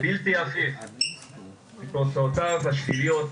בלתי הפיך, ותוצאותיו השליליות